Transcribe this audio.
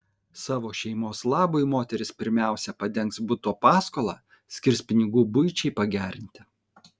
savo šeimos labui moteris pirmiausia padengs buto paskolą skirs pinigų buičiai pagerinti